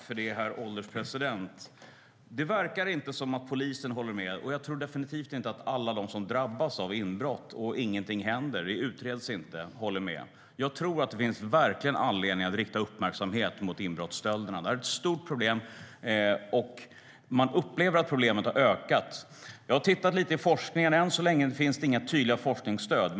Herr ålderspresident! Det verkar inte som om polisen håller med, och jag tror definitivt inte att alla som drabbas av inbrott och ser att ingenting händer - det utreds inte - håller med. Jag tror att det verkligen finns anledning att rikta uppmärksamhet mot inbrottsstölderna. Det är ett stort problem, och man upplever att problemet har ökat. Jag har tittat lite i forskningen. Än så länge finns det inga tydliga forskningsstöd.